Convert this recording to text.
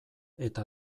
eta